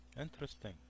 interesting